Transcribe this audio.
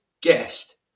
guest